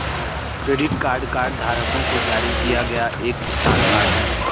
credit card कार्डधारकों को जारी किया गया एक भुगतान कार्ड है